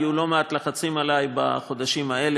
היו עלי לא מעט לחצים בחודשים האלה,